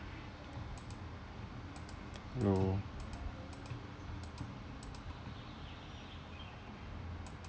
hello